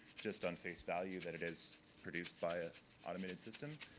just on face value, that it is produced by an automated system,